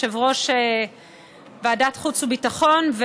יושב-ראש ועדת חוץ וביטחון.